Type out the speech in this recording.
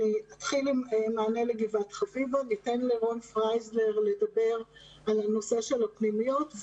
אתחיל עם מענה לגבעת חביבה ואתן לרון פריזלר לדבר על נושא הפנימיות,